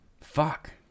Fuck